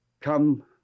Come